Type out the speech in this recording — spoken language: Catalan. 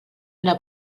una